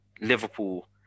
Liverpool